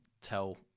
tell